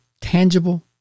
tangible